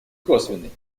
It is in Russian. косвенный